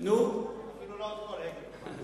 כל מי שקרא אנגלס ומרקס,